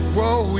Whoa